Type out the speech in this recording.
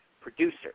producer